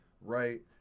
right